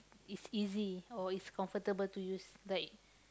it's easy or is comfortable to use like